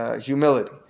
humility